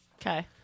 Okay